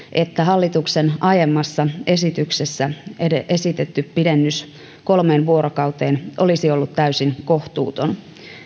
että hallituksen aiemmassa esityksessä esitetty pidennys kolmeen vuorokauteen olisi ollut täysin kohtuuton